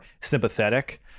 sympathetic